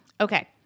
Okay